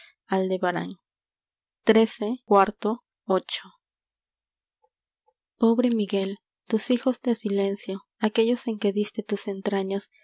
o b r e miguel fus hijos de silencio aquellos en que diste fus entrañas